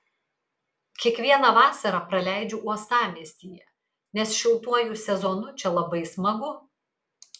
kiekvieną vasarą praleidžiu uostamiestyje nes šiltuoju sezonu čia labai smagu